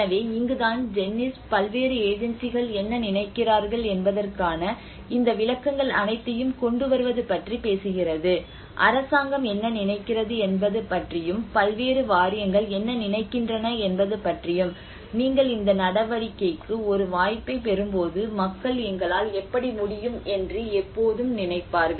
எனவே இங்குதான் ஜென்னிஸ் பல்வேறு ஏஜென்சிகள் என்ன நினைக்கிறார்கள் என்பதற்கான இந்த விளக்கங்கள் அனைத்தையும் கொண்டு வருவது பற்றி பேசுகிறது அரசாங்கம் என்ன நினைக்கிறது என்பது பற்றியும் பல்வேறு வாரியங்கள் என்ன நினைக்கின்றன என்பது பற்றியும் நீங்கள் இந்த நடவடிக்கைக்கு ஒரு வாய்ப்பைப் பெறும்போது மக்கள் எங்களால் எப்படி முடியும் என்று எப்போதும் நினைப்பார்கள்